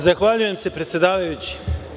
Zahvaljujem se, predsedavajući.